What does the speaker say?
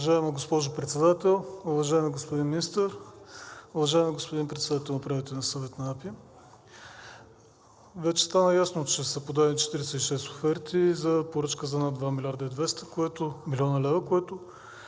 Уважаема госпожо Председател, уважаеми господин Министър, уважаеми господин Председател на Управителния съвет на АПИ! Вече стана ясно, че са подадени 46 оферти за поръчка за над 2 млрд. и 200 млн. лв., което